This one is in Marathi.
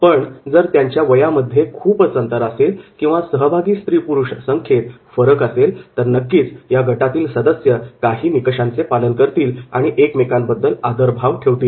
पण जर त्यांच्या वयामध्ये खूपच अंतर असेल किंवा सहभागी स्त्री पुरुष संख्येत फरक असेल तर नक्कीच या गटातील सदस्य काही निकषांचे पालन करतील आणि एकमेकांबद्दल आदर भाव ठेवतील